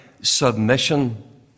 submission